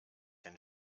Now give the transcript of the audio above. den